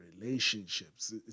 relationships